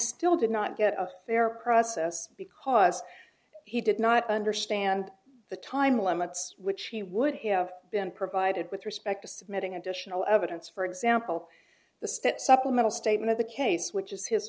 still did not get a fair process because he did not understand the time limits which he would have been provided with respect to submitting additional evidence for example the steps supplemental statement of the case which is his